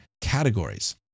categories